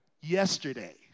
Yesterday